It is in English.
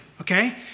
okay